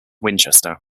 winchester